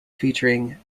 featuring